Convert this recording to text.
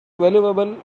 valuable